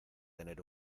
tener